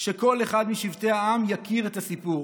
כדי שכל אחד משבטי העם יכיר את הסיפור,